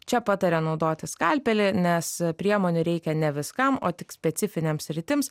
čia pataria naudoti skalpelį nes priemonių reikia ne viskam o tik specifinėms sritims